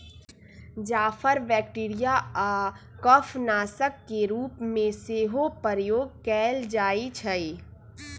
जाफर bacteria आऽ कफ नाशक के रूप में सेहो प्रयोग कएल जाइ छइ